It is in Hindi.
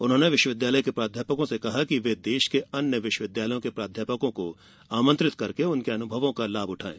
उन्होंने विश्वविद्यालय के प्राध्यापकों से कहा कि वे देश के अन्य विश्वविद्यालयों के प्राध्यापकों को आमंत्रित कर उनके अनुभव का लाभ उठाएं